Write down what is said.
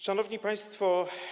Szanowni Państwo!